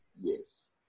Yes